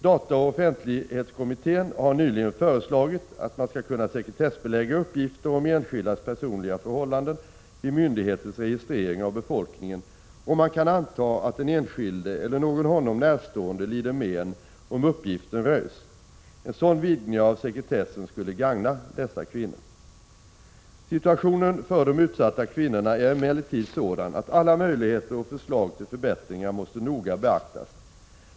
Dataoch offentlighetskommittén har nyligen föreslagit att man skall kunna sekretessbelägga uppgifter om enskildas personliga förhållanden vid myndigheters registrering av befolkningen, om man kan anta att den enskilde eller någon honom närstående lider men om uppgiften röjs. En sådan vidgning av sekretessen skulle gagna dessa kvinnor. Situationen för de utsatta kvinnorna är emellertid sådan att alla möjlighe 13 ter och förslag till förbättringar noga måste beaktas.